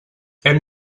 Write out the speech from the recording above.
hem